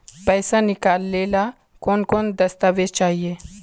पैसा निकले ला कौन कौन दस्तावेज चाहिए?